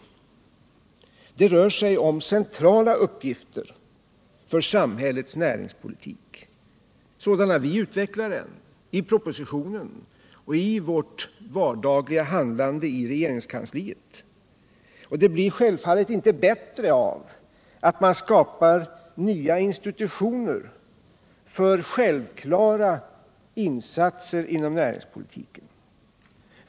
Det rör sig om centrala uppgifter för samhällets näringspolitik, sådana vi utvecklar dem i propositionen och i vårt vardagliga handlande i regeringens kansli. Och det blir inte bättre av att man skapar nya institutioner för självklara insatser inom näringspolitiken.